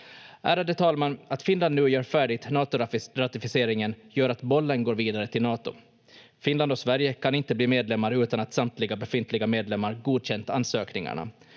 Ärade talman! Att Finland nu gör färdigt Natoratificeringen gör att bollen går vidare till Nato. Finland och Sverige kan inte bli medlemmar utan att samtliga befintliga medlemmar godkänt ansökningarna.